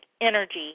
energy